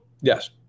Yes